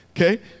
Okay